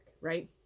right